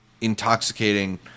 intoxicating